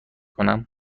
کنم